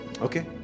Okay